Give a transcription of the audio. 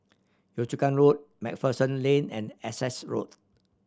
Yio Chu Kang Road Macpherson Lane and Essex Road